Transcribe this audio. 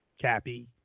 Cappy